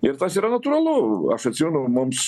ir tas yra natūralu aš atsimenu mums